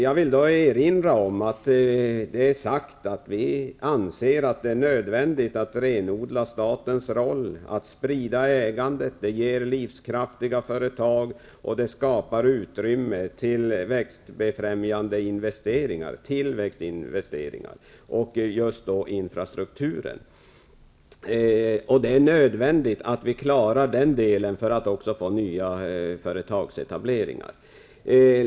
Jag vill då erinra om att det är sagt att vi anser att det är nödvändigt att renodla statens roll. En spridning av ägandet ger livskraftiga företag och skapar utrymme för tillväxtfrämjande investeringar i infrastrukturen. Det är nödvändigt att vi klarar den delen för att också få nya företagsetableringar.